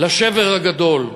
לשבר הגדול,